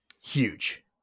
huge